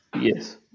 Yes